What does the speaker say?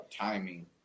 timing